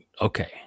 Okay